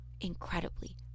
incredibly